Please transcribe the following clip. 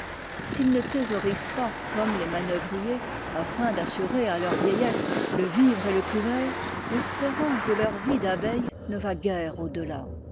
s'ils ne thésaurisent pas comme les manouvriers afin d'assurer à leur vieillesse le vivre et le couvert l'espérance de leur vie d'abeille ne va guère